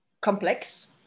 complex